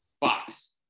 box